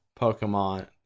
Pokemon